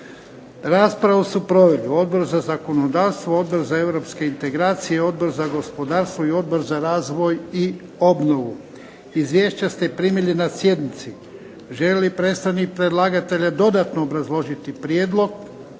Raspravu su proveli Odbor za zakonodavstvo, Odbor za europske integracije, Odbor za gospodarstvo i Odbor za razvoj i obnovu. Izvješća ste primili na sjednici. Želi li predstavnik predlagatelja dodatno obrazložiti prijedlog?